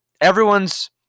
Everyone's